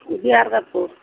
বিয়াৰ কাপোৰ